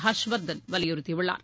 ஹர்ஷ்வர்தன் வலியுறுத்தியுள்ளார்